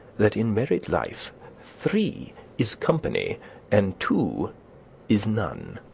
that in married life three is company and two is none.